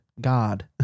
God